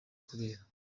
kubera